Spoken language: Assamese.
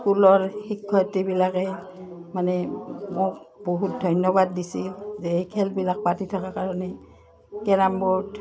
স্কুলৰ শিক্ষয়িত্ৰীবিলাকে মানে মোক বহুত ধন্যবাদ দিছিল যে খেলবিলাক পাতি থকাৰ কাৰণে কেৰাম বৰ্ড